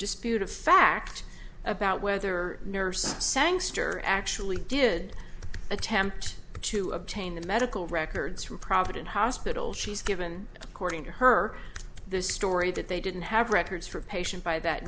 dispute of fact about whether nurse sangster actually did attempt to obtain the medical records from providence hospital she's given according to her the story that they didn't have records for a patient by that